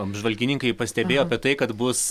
apžvalgininkai pastebėjo apie tai kad bus